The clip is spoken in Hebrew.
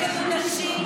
יש לנו נשים שהן טייסות.